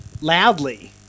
loudly